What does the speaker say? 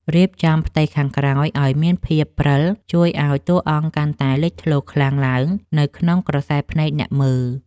រៀបចំផ្ទៃខាងក្រោយឱ្យមានភាពព្រិលជួយឱ្យតួអង្គកាន់តែលេចធ្លោខ្លាំងឡើងនៅក្នុងក្រសែភ្នែកអ្នកមើល។